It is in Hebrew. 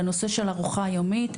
בנושא של ארוחה יומית,